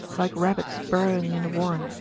like rabbits burrowing in a warren,